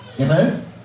Amen